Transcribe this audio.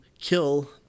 kill